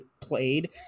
Played